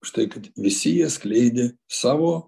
už tai kad visi jie skleidė savo